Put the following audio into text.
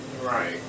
Right